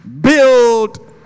Build